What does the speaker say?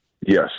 Yes